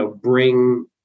bring